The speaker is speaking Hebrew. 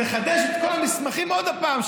תחדש את כל המסמכים עוד פעם,